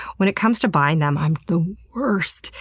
when it comes to buying them, i am the worst!